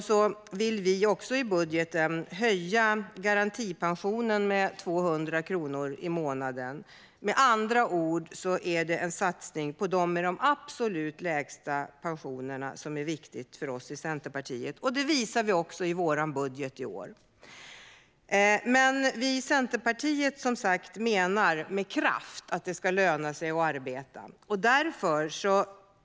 Vi vill också i budgeten höja garantipensionen med 200 kronor i månaden. Med andra ord är detta en satsning på dem med de absolut lägsta pensionerna. Det är viktigt för oss i Centerpartiet, och det visar vi i vår budget i år. Vi i Centerpartiet menar med kraft att det ska löna sig att arbeta.